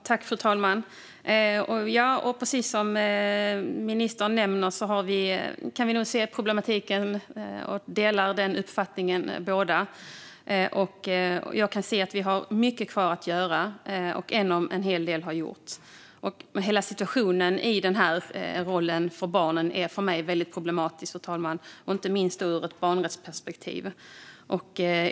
Fru talman! Precis som ministern nämnde kan nog både ministern och jag se problematiken och dela denna uppfattning. Jag kan se att vi har mycket kvar att göra, även om en hel del har gjorts. Hela situationen för barnen är för mig väldigt problematisk, fru talman, inte minst ur ett barnrättsperspektiv.